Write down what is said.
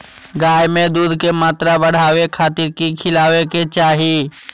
गाय में दूध के मात्रा बढ़ावे खातिर कि खिलावे के चाही?